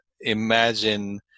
imagine